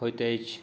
होयत अछि